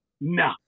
No